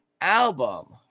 album